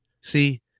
See